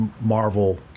Marvel